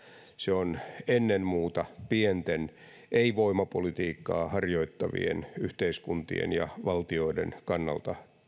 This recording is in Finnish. se on ennen muuta pienten ei voimapolitiikkaa harjoittavien yhteiskuntien ja valtioiden kannalta